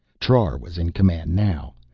trar was in command now.